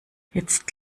jetzt